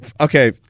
okay